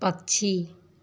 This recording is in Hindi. पक्षी